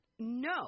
No